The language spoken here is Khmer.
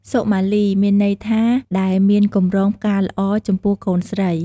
សុមាលី មានន័យថា ដែលមានកម្រងផ្កាល្អ ចំពោះកូនស្រី។